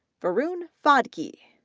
varun phadke,